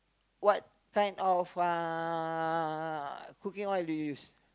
what kind of uh cooking oil do you use